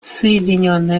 соединенное